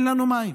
אין להם מים,